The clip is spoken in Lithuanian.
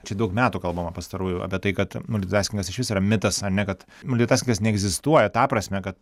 čia daug metų kalbama pastarųjų apie tai kad multitaskingas išvis yra mitas ar ne kad multitaskingas neegzistuoja ta prasme kad